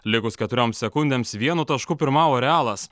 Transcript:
likus keturioms sekundėms vienu tašku pirmavo realas